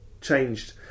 Changed